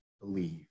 believe